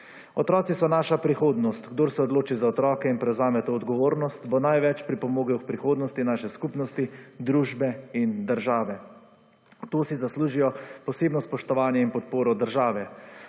Otroci so naša prihodnost. Kdor se odloči za otroke in prevzeme to odgovornost bo največ pripomogel k prihodnosti naše skupnosti, družbe in države. To si zaslužijo posebno spoštovanje in podporo države.